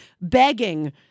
begging